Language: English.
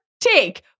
take